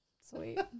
sweet